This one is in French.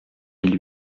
mille